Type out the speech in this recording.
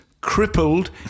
crippled